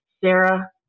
Sarah